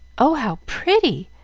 oh, how pretty!